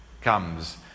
comes